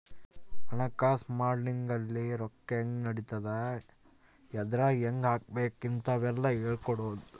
ಹಣಕಾಸು ಮಾಡೆಲಿಂಗ್ ಅಲ್ಲಿ ರೊಕ್ಕ ಹೆಂಗ್ ನಡಿತದ ಎದ್ರಾಗ್ ಹೆಂಗ ಹಾಕಬೇಕ ಇಂತವೆಲ್ಲ ಹೇಳ್ಕೊಡೋದು